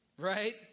right